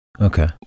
okay